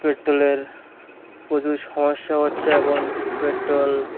পেট্রোলের প্রচুর সমস্যা হচ্ছে এখন পেট্রোল